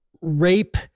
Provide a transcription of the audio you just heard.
rape